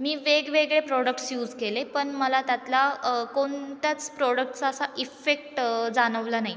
मी वेगवेगळे products use केले पण मला त्यातला कोणत्याच प्रोडक्टचा असा इफेक्ट जाणवला नाही